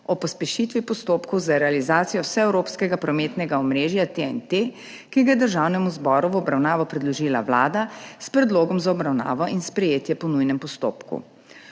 o pospešitvi postopkov za realizacijo vseevropskega prometnega omrežja (TEN-T), ki ga je Državnemu zboru v obravnavo predložila Vlada s predlogom za obravnavo in sprejetje po nujnem postopku.